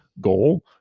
goal